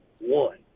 one